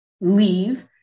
leave